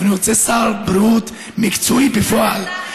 אבל אני רוצה שר בריאות מקצועי בפועל,